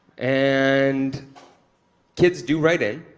and kids do write in.